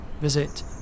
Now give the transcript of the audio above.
visit